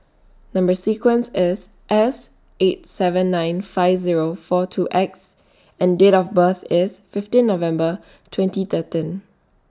Number sequence IS S eight seven nine five Zero four two X and Date of birth IS fifteen November twenty thirteen